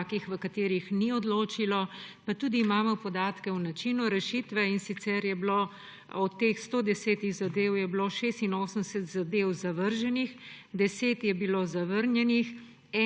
takih, v katerih ni odločilo. Imamo tudi podatke o načinu rešitve, in sicer od teh 110 zadev je bilo 86 zadev zavrženih, 10 je bilo zavrnjenih,